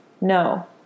No